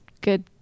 good